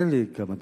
תן לי כמה דקות.